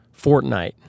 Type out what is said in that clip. Fortnite